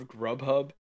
grubhub